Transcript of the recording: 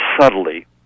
subtly